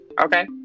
Okay